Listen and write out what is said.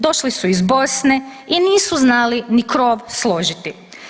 Došli su iz Bosne i nisu znali ni krov složiti.